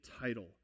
title